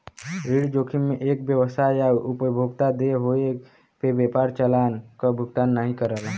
ऋण जोखिम में एक व्यवसाय या उपभोक्ता देय होये पे व्यापार चालान क भुगतान नाहीं करला